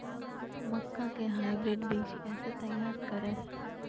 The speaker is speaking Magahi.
मक्का के हाइब्रिड बीज कैसे तैयार करय हैय?